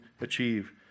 achieve